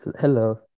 Hello